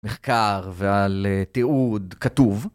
מחקר ועל תיעוד כתוב.